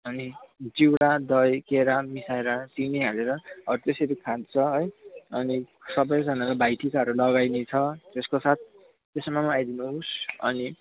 अनि चिउरा दही केरा मिसाएर चिनी हालेर अब त्यसरी खान्छ है अनि सबैजनालाई भाइटिकाहरू लगाइदिन्छ त्यसको साथ त्यसमा पनि आइदिनुहोस् अनि